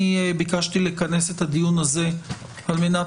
אני ביקשתי לכנס את הדיון הזה על מנת